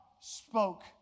spoke